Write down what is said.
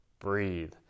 breathe